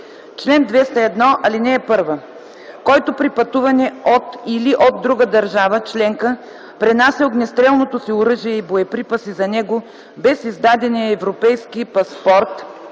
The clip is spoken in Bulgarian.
чл. 201: „Чл. 201. (1) Който при пътуване от или до друга държава членка пренася огнестрелното си оръжие и боеприпаси за него без издадения Европейски паспорт